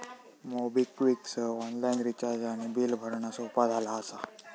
MobiKwik सह online recharge आणि bill भरणा सोपा झाला असा